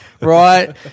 right